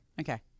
Okay